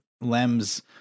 Lem's